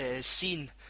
seen